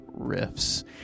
riffs